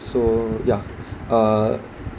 so yeah uh